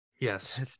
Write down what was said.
Yes